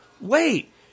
wait